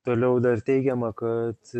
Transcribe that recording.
toliau dar teigiama kad